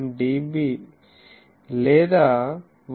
97 లేదా 182